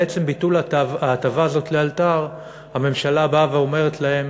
בעצם ביטול ההטבה הזאת לאלתר הממשלה באה ואומרת להם: